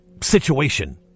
situation